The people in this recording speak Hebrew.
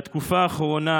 בתקופה האחרונה,